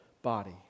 body